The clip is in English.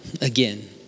again